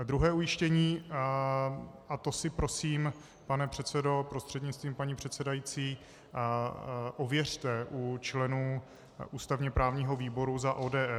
Druhé ujištění, a to si prosím, pane předsedo prostřednictvím paní předsedající, ověřte u členů ústavněprávního výboru za ODS.